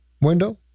window